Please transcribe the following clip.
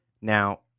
Now